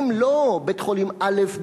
אבל לא "בית-חולים א'",